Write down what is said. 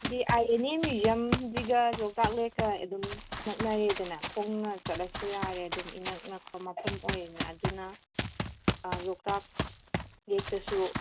ꯗꯤ INA ꯃ꯭ꯌꯨꯖꯤꯝꯁꯤꯒ ꯂꯣꯛꯇꯥꯛ ꯂꯦꯛꯀ ꯑꯗꯨꯝ ꯅꯛꯅꯔꯦꯗꯅ ꯈꯣꯡꯅ ꯆꯠꯂꯁꯨ ꯌꯥꯔꯦ ꯑꯗꯨꯝ ꯏꯅꯛ ꯅꯛꯄ ꯃꯐꯝ ꯑꯣꯏꯅ ꯑꯗꯨꯅ ꯂꯣꯛꯇꯥꯛ ꯂꯦꯛꯇꯁꯨ